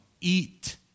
eat